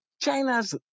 China's